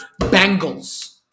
Bengals